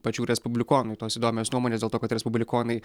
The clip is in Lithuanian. pačių respublikonų tos įdomios nuomonės dėl to kad respublikonai